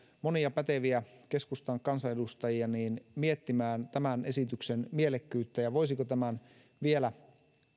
monia päteviä keskustan kansanedustajia miettimään tämän esityksen mielekkyyttä ja sitä voisiko tämän vielä